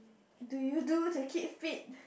do you do to keep fit